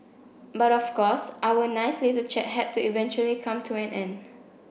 but of course our nice little chat had to eventually come to an end